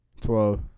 twelve